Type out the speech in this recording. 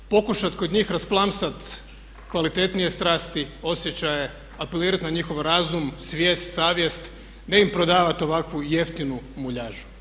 Pokušat kod njih rasplamsat kvalitetnije strasti, osjećaje, apelirati na njihov razum, svijest, savjest, ne im prodavat ovakvu jeftinu muljažu.